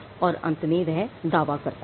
और अंत में वह दावा करता है